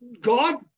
God